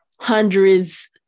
hundreds